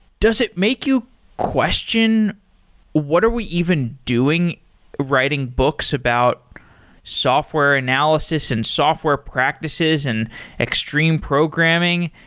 does it make you question what are we even doing writing books about software analysis and software practices and extreme programming?